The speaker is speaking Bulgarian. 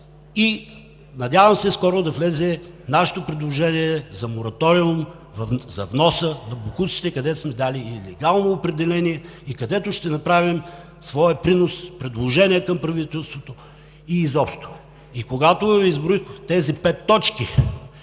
Надявам се, скоро да влезе нашето предложение за мораториум за вноса на боклуците, където сме дали и легално определение и където ще направим своя принос – предложение към правителството, и изобщо. Когато Ви изброих тези пет точки,